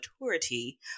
maturity